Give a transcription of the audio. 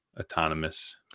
autonomous